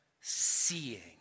seeing